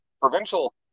provincial